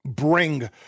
Bring